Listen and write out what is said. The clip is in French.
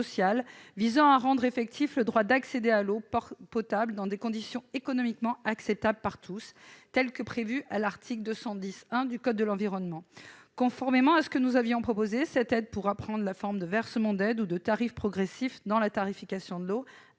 visant à rendre effectif le droit d'accéder à l'eau potable dans des conditions économiquement acceptables par tous, ainsi que cela est prévu à l'article L. 210-1 du code de l'environnement. Conformément à ce que nous avions proposé, cette aide pourra prendre la forme de versements d'aides ou de tarifs progressifs dans la tarification de l'eau,